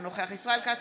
אינו נוכח ישראל כץ,